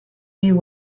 you